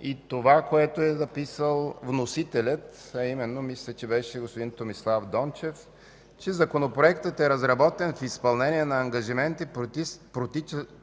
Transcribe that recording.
и това, което е записал вносителят – мисля, че беше господин Томислав Дончев – че законопроектът е разработен в изпълнение на ангажименти,